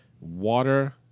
Water